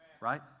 Right